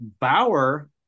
Bauer